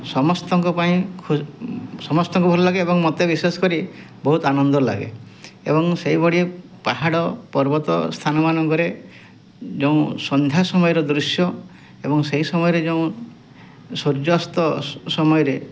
ସମସ୍ତଙ୍କ ପାଇଁ ସମସ୍ତଙ୍କୁ ଭଲ ଲାଗେ ଏବଂ ମୋତେ ବିଶେଷ କରି ବହୁତ ଆନନ୍ଦ ଲାଗେ ଏବଂ ସେଇ ଭଳି ପାହାଡ଼ ପର୍ବତ ସ୍ଥାନମାନଙ୍କରେ ଯେଉଁ ସନ୍ଧ୍ୟା ସମୟର ଦୃଶ୍ୟ ଏବଂ ସେଇ ସମୟରେ ଯେଉଁ ସୂର୍ଯ୍ୟାସ୍ତ ସମୟରେ